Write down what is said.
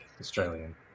Australian